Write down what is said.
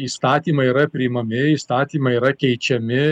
įstatymai yra priimami įstatymai yra keičiami